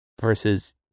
versus